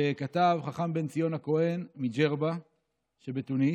שכתב חכם בן ציון הכהן מג'רבה שבתוניס,